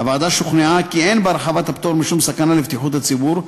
הוועדה שוכנעה כי אין בהרחבת הפטור משום סכנה לבטיחות הציבור,